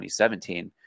2017